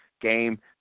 game